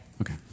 Okay